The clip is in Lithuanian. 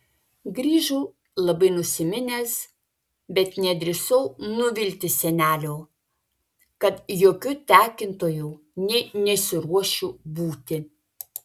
grįžau labai nusiminęs bet nedrįsau nuvilti senelio kad jokiu tekintoju nė nesiruošiu būti